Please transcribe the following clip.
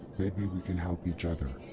maybe we can help each other.